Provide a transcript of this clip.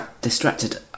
distracted